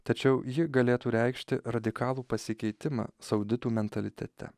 tačiau ji galėtų reikšti radikalų pasikeitimą sauditų mentalitete